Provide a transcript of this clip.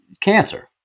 cancer